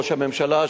ראש הממשלה,